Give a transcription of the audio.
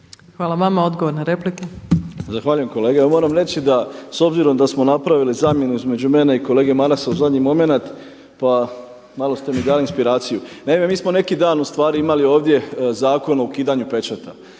Hvala vama. Odgovor na repliku. **Parić, Darko (SDP)** Zahvaljujem kolega. Ja moram reći da s obzirom da smo napravili zamjenu između mene i kolege Marasa u zadnji momenat, pa malo ste mi dali inspiraciju. Naime, mi smo neki dan u stvari imali ovdje Zakon o ukidanju pečata.